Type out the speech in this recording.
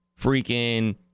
freaking